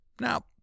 Now